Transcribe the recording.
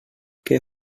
què